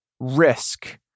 risk